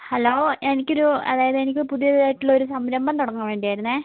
hello എനിക്കൊരു അതായത് എനിക്ക് പുതിയതായിട്ടുള്ളൊരു സംരഭം തുടങ്ങാൻ വേണ്ടിയായിരുന്നേ